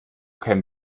kämen